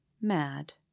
mad